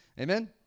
Amen